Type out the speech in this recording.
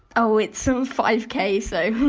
oh, it's um five k, so